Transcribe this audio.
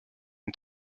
une